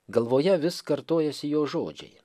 galvoje vis kartojasi jo žodžiai